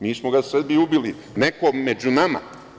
Mi smo ga Srbi ubili, neko među nama.